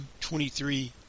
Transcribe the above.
23